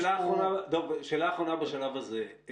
דב, שאלה אחרונה בשלב הזה.